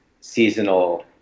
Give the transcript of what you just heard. seasonal